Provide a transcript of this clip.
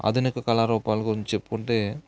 ఆధునిక కళారూపాల గురించి చెప్పుకుంటే